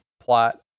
plot